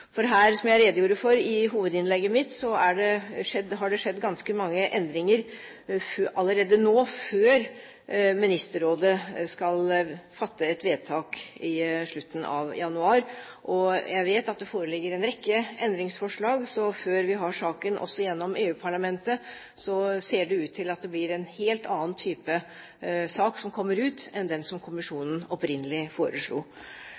For det har, som jeg redegjorde for i hovedinnlegget mitt, skjedd ganske mange endringer allerede nå før Ministerrådet skal fatte et vedtak i slutten av januar. Jeg vet at det foreligger en rekke endringsforslag, så før vi har saken også gjennom EU-parlamentet, ser det ut til at det blir en helt annen type sak som kommer ut, enn den som kommisjonen opprinnelig foreslo.